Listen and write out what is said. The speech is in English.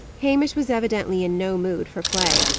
hamish was evidently in no mood for play.